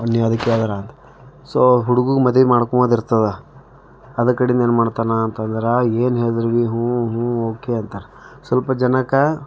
so ಹುಡ್ಗುಗೆ ಮದುವೆ ಮಾಡ್ಕೊಂಬದಿರ್ತದ ಅದ್ಕಡಿಂದ್ದು ಏನು ಮಾಡ್ತಾನ ಅಂತಂದ್ರೆ ಏನು ಹೇಳಿದ್ರೆ ಬೀ ಹ್ಞೂ ಹ್ಞೂ ಓಕೆ ಅಂತಾರೆ ಸ್ವಲ್ಪ ಜನಕ್ಕೆ